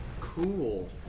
Cool